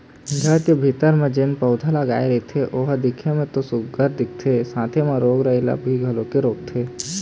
घर के भीतरी म जेन पउधा लगाय रहिथे ओ ह दिखे म तो सुग्घर दिखथे साथे म रोग राई ल घलोक रोकथे